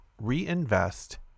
Reinvest